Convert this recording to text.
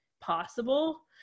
possible